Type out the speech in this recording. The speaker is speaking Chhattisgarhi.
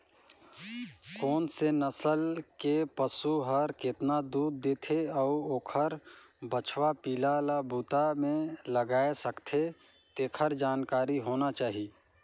कोन से नसल के पसु हर केतना दूद देथे अउ ओखर बछवा पिला ल बूता में लगाय सकथें, तेखर जानकारी होना चाही